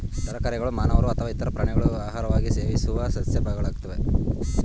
ತರಕಾರಿಗಳು ಮಾನವರು ಅಥವಾ ಇತರ ಪ್ರಾಣಿಗಳು ಆಹಾರವಾಗಿ ಸೇವಿಸುವ ಸಸ್ಯಗಳ ಭಾಗಗಳಾಗಯ್ತೆ